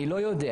אני לא יודע,